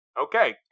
Okay